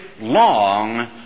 long